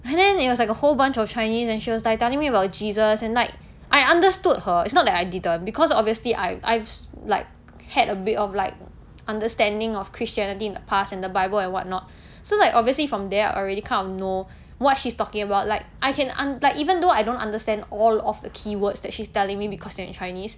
and then it was like a whole bunch of chinese and she was like telling me about jesus and like I understood her it's not that I didn't because obviously I I've like had a bit of like understanding of christianity in the past and the bible and what not so like obviously from there I already kind of know what she's talking about like I can un~ like even though I don't understand all of the keywords that she's telling me because they're in chinese